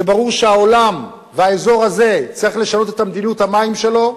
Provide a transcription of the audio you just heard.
זה ברור שהעולם והאזור הזה צריך לשנות את מדיניות המים שלהם.